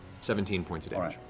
seventeen points of damage.